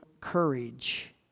courage